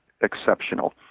exceptional